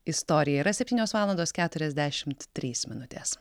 istoriją yra septynios valandos keturiasdešimt trys minutės